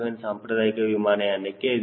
7 ಸಾಂಪ್ರದಾಯಿಕ ವಾಯುಯಾನಕ್ಕೆ 0